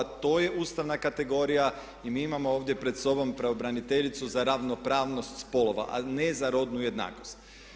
To je ustavna kategorija i mi imamo ovdje pred sobom pravobraniteljicu za ravnopravnost spolova a ne za rodnu jednakost.